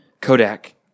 kodak